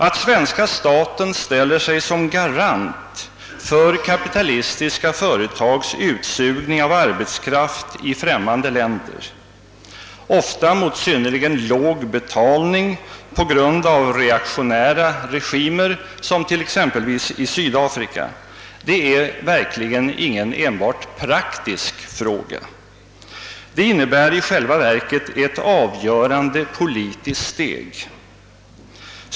Att svenska staten ställer sig som garant för kapitalistiska företags utsugning av arbetskraft i främmande länder, ofta mot synnerligen låg betalning på grund av reaktionära regimer som exempelvis i Sydafrika, är verkligen ingen enbart »praktisk» fråga. Det innebär i själva verket ett avgörande politiskt steg.